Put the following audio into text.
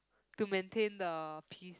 to maintain the peace